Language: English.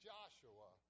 Joshua